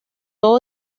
todo